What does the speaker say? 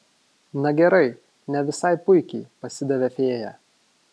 na gerai ne visai puikiai pasidavė fėja